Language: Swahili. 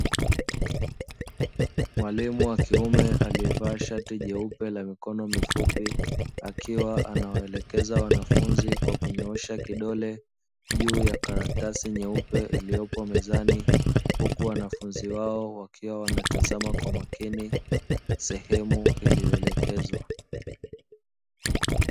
Mwalimu wa kiume aliyevaa shati jeupe la mikono mifupi; akiwa anawaelekeza wanafunzi kwa kunyoosha kidole juu ya karatasi nyeupe iliopo mezani, huku wanafunzi wao wakiwa wanatazama kwa makini sehemu iliyoelekezwa.